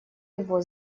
его